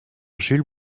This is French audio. jules